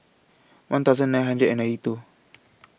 one thousand nine hundred and ninety two